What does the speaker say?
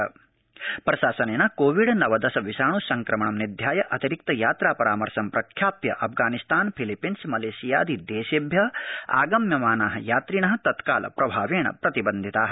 प्रशासन परामर्श प्रशासनेन कोविड नवदश विषाण संक्रमणं निध्याय अतिरिक्त यात्रा परामर्श प्रख्याप्य अफगानिस्तान फिलीपीन्स मलेशियादि देशभ्य आगम्यमाना यात्रिण तत्कालप्रभावेण प्रतिबन्धिता